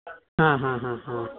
ಹಾಂ ಹಾಂ ಹಾಂ ಹಾಂ